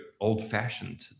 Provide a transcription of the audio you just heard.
old-fashioned